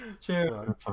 Cheers